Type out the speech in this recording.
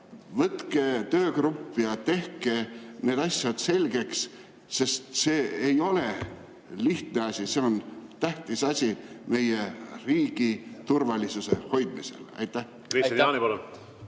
tehke töögrupp ja tehke need asjad selgeks. See ei ole lihtne asi, see on tähtis asi meie riigi turvalisuse hoidmisel.